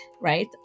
right